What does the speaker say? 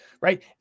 right